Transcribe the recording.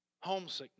homesickness